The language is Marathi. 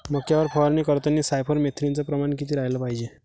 मक्यावर फवारनी करतांनी सायफर मेथ्रीनचं प्रमान किती रायलं पायजे?